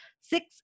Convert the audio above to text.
Six